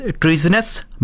treasonous